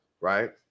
right